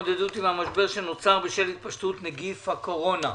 להתמודדות עם המשבר שנוצר בשל התפשטות נגיף הקורונה.